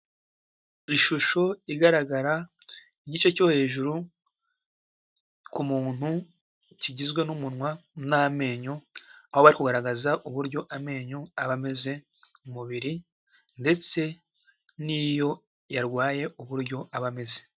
Ishusho igaragara igice cyo hejuru ku muntu kigizwe n'umunwa n'amenyo, aho bari kugaragaza uburyo amenyo aba ameze mu mubiri ndetse n'iyo yarwaye uburyo aba ameze.